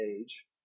age